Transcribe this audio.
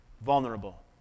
Vulnerable